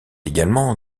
également